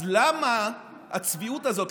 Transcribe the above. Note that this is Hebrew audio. אז למה הצביעות הזאת?